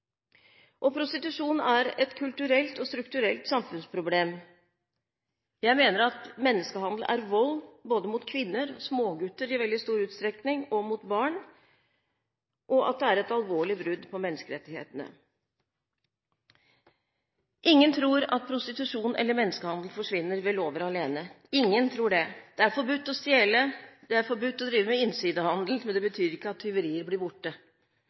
uakseptabelt. Prostitusjon er et kulturelt og strukturelt samfunnsproblem. Jeg mener at menneskehandel er vold mot både kvinner og smågutter i veldig stor utstrekning og mot barn, og at det er et alvorlig brudd på menneskerettighetene. Ingen tror at prostitusjon eller menneskehandel forsvinner ved lover alene – ingen tror det. Det er forbudt å stjele, det er forbudt å drive med innsidehandel, men det betyr ikke at tyverier blir borte.